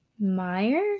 meyer